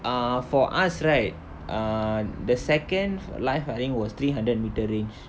ah for us right err the second live firing was three hundred metre range